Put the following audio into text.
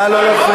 נא לא להפריע